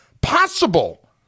possible